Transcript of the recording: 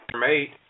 mate